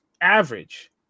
average